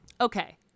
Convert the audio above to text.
Okay